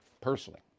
personally